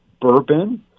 bourbon